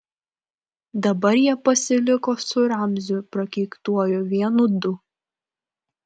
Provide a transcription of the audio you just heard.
dabar jie pasiliko su ramziu prakeiktuoju vienu du